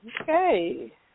Okay